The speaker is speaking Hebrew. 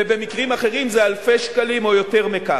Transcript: ובמקרים אחרים זה אלפי שקלים או יותר מכך.